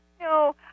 No